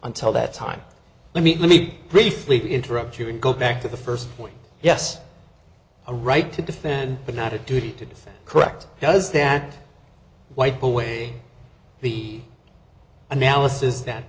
until that time let me briefly interrupt you and go back to the first point yes a right to defend but not a duty to correct does that wipe away the analysis that